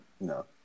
No